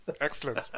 Excellent